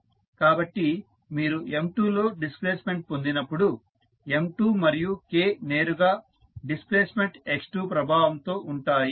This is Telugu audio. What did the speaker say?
కాబట్టి మీరు M2 లో డిస్ప్లేస్మెంట్ పొందినప్పుడు M2 మరియు K నేరుగా డిస్ప్లేస్మెంట్ x2 ప్రభావంతో ఉంటాయి